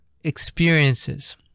experiences